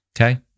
Okay